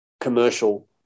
commercial